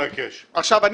אני מבקש,